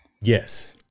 yes